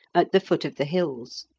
at the foot of the hills.